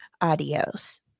Adios